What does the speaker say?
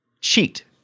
cheat